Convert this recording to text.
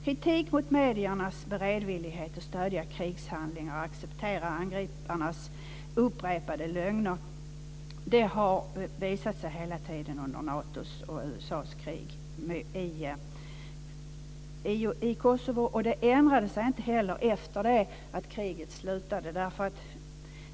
Kritik mot mediernas beredvillighet att stödja krigshandlingar och acceptera angriparnas upprepade lögner har visat sig hela tiden under Natos och USA:s krig i Kosovo. Det ändrade sig inte heller efter att kriget slutade.